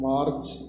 March